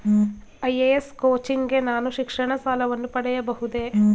IAS coaching ಗೆ ನಾನು ಶಿಕ್ಷಣ ಸಾಲವನ್ನು ಪಡೆಯಬಹುದೇ?